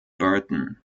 burton